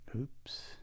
Oops